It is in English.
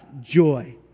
joy